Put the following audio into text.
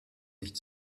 nicht